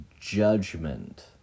judgment